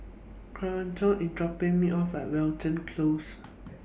Kourtney IS dropping Me off At Wilton Close